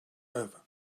over